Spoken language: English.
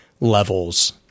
levels